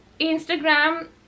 instagram